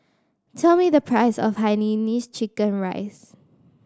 tell me the price of hainanese chicken rice